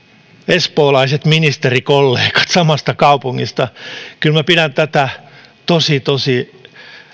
espoolaiset ministerikollegat samasta kaupungista kyllä minä pidän tätä tosi tosi